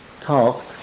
task